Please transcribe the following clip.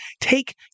take